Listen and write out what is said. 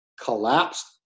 collapsed